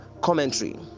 Commentary